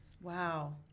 Wow